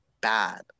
bad